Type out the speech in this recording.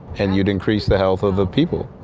and you'd increase the health of the people.